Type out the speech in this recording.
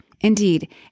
Indeed